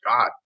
God